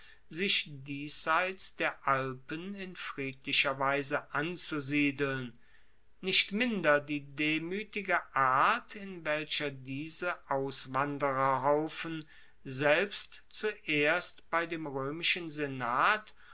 sich diesseits der alpen in friedlicher weise anzusiedeln nicht minder die demuetige art in welcher diese auswandererhaufen selbst zuerst bei dem roemischen senat